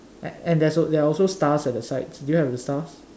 and and there are also stars at the side do you have the stars